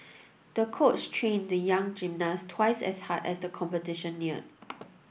the coach trained the young gymnast twice as hard as the competition neared